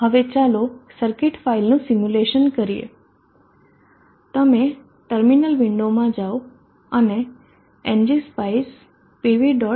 હવે ચાલો સર્કિટ ફાઇલનું સિમ્યુલેશન કરીએ તમે ટર્મિનલ વિંડોમાં જાઓ અને ng spice pv